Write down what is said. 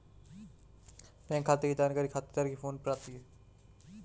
bank खाते की जानकारी खातेदार के फोन पर आती है